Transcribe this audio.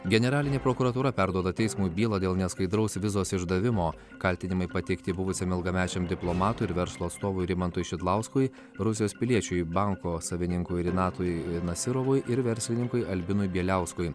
generalinė prokuratūra perduoda teismui bylą dėl neskaidraus vizos išdavimo kaltinimai pateikti buvusiam ilgamečiam diplomatui ir verslo atstovui rimantui šidlauskui rusijos piliečiui banko savininkui renatui nasyrovui ir verslininkui albinui bieliauskui